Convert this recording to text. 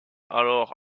alors